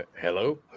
hello